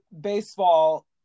baseball